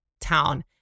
town